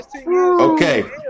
Okay